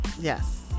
Yes